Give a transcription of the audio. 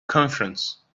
conference